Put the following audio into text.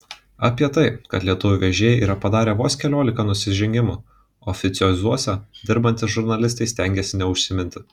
apie tai kad lietuvių vežėjai yra padarę vos keliolika nusižengimų oficiozuose dirbantys žurnalistai stengiasi neužsiminti